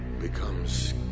becomes